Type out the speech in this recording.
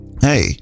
Hey